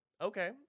Okay